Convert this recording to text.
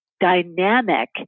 dynamic